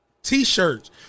t-shirts